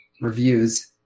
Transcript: reviews